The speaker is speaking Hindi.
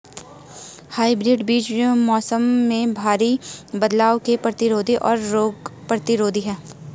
हाइब्रिड बीज मौसम में भारी बदलाव के प्रतिरोधी और रोग प्रतिरोधी हैं